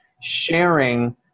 sharing